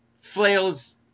Flails